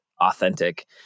authentic